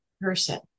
person